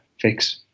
fix